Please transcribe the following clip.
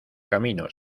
camino